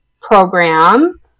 program